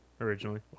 originally